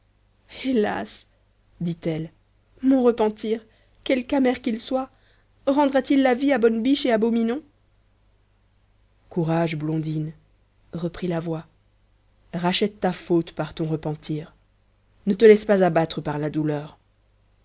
hélas dit-elle mon repentir quelque amer qu'il soit rendra-t-il la vie à bonne biche et à beau minon courage blondine reprit la voix rachète ta faute par ton repentir ne te laisse pas abattre par la douleur